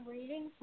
Reading